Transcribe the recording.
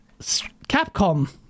capcom